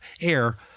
air